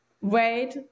wait